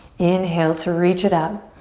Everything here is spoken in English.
inhale to reach it up.